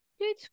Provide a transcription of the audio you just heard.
good